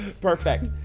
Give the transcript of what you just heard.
Perfect